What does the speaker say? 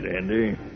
Andy